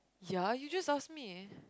ya you just asked me